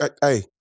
Hey